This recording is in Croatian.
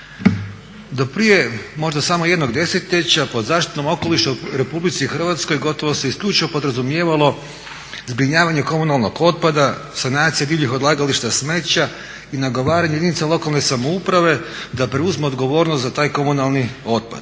Do prije možda samo jednog desetljeća pod zaštitom okoliša u RH gotovo se isključivo podrazumijevalo zbrinjavanje komunalnog otpada, sanacije divljih odlagališta smeća i nagovaranje jedinice lokalne samouprave da preuzmu odgovornost za taj komunalni otpad.